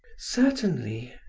certainly,